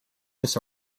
this